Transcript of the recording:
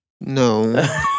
No